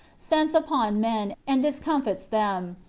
sends upon men, and discomfited them,